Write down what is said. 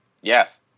Yes